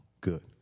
Good